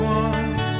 one